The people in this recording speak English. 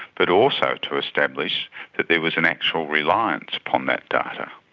but also to establish that there was an actual reliance upon that data.